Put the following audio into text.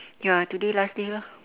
ya today last day lah